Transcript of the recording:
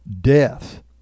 death